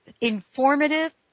informative